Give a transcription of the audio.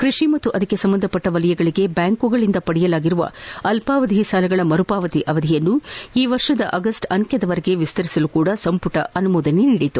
ಕೃಷಿ ಪಾಗೂ ಅದಕ್ಕೆ ಸಂಬಂಧಿಸಿದ ವಲಯಗಳಿಗೆ ಬ್ಲಾಂಕ್ಗಳಿಂದ ಪಡೆಯಲಾಗಿರುವ ಅಲ್ಲಾವಧಿ ಸಾಲಗಳ ಮರುಪಾವತಿ ಆವಧಿಯನ್ನು ಈ ವರ್ಷದ ಆಗಸ್ಟ್ ಆಂತ್ವದವರೆಗೆ ವಿಸ್ತರಿಸಲು ಸಂಪುಟ ಆನುವೋದನೆ ನೀಡಿದೆ